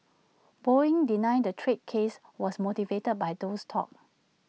boeing denied the trade case was motivated by those talks